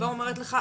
אני כבר אומר לך,